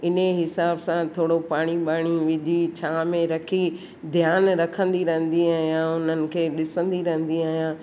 इन्हीअ हिसाब सां थोरो पाणी ॿाणी विझी छांव में रखी ध्यानु रखंदी रहंदी आहियां उन्हनि खे ॾिसंदी रहंदी आहियां